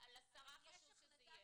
לשרה חשוב שזה יהיה.